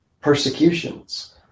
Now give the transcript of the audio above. persecutions